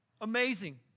Amazing